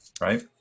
right